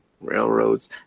Railroads